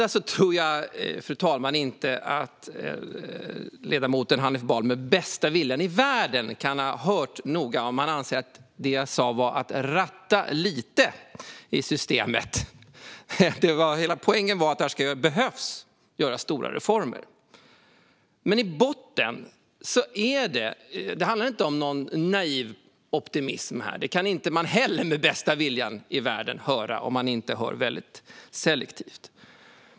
För det andra tror jag inte att ledamoten Hanif Bali med bästa vilja i världen kan ha lyssnat noga om han anser att det jag sa var: Ratta lite i systemet. Hela poängen var att det behöver göras stora reformer. Det handlar inte om någon naiv optimism. Det kan man inte heller, med bästa vilja i världen, höra om man inte lyssnar väldigt selektivt.